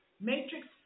Matrix